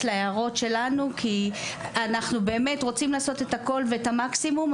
להערות שלנו כי אנחנו באמת רוצים לעשות את הכול ואת המקסימום,